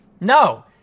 No